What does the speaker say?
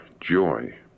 joy